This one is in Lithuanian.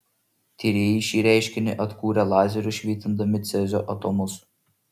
tyrėjai šį reiškinį atkūrė lazeriu švitindami cezio atomus